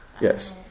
Yes